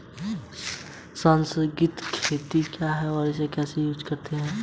क्या है यू.पी.आई और क्या है इसकी खासियत?